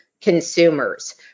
consumers